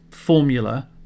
formula